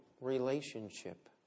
relationship